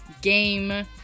game